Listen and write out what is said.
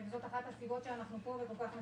זאת אחת הסיבות שאנחנו פה ואנחנו כל כך נחושים.